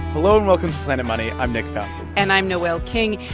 hello, and welcome to planet money. i'm nick fountain and i'm noel king.